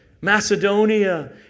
Macedonia